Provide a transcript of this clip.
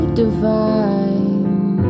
divine